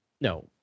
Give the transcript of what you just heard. No